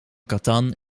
catan